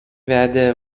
vedė